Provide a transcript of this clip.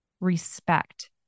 respect